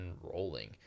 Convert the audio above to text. rolling